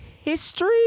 history